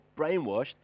brainwashed